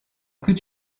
could